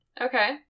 Okay